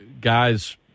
guys